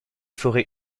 forêts